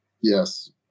yes